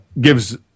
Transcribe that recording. gives